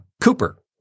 Cooper